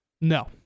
No